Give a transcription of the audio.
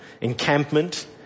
encampment